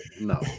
no